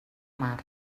mar